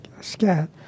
scat